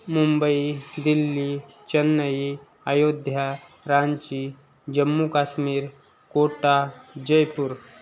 Mumbai Delhi Chennai Ayodhya Ranchi Jammu Kashmir Kota Jaipur